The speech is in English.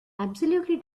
absolutely